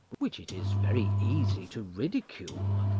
which it is very easy to ridicule,